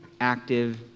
active